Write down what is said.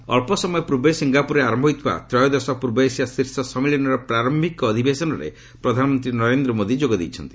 PM ଅଳ୍ପସମୟ ପୂର୍ବେ ସିଙ୍ଗାପୁରରେ ଆରମ୍ଭ ହୋଇଥିବା ତ୍ରୟୋଦଶ ପୂର୍ବ ଏସିଆ ଶୀର୍ଷ ସମ୍ମିଳନୀର ପ୍ରାରୟିକ ଅଧିବେସନରେ ପ୍ରଧାନମନ୍ତ୍ରୀ ନରେନ୍ଦ୍ର ମୋଦି ଯୋଗ ଦେଇଛନ୍ତି